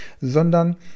sondern